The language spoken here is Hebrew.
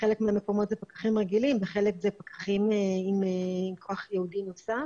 חלק מהמקומות זה פקחים רגילים וחלק זה פקחים עם כוח ייעודי נוסף,